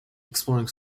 exploring